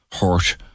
hurt